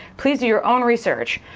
please do your own research.